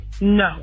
no